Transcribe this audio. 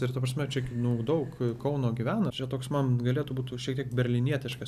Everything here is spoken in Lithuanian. ir ta prasme čia nu daug kauno gyvena čia toks man galėtų būt šiek tiek berlynietiškas